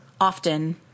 often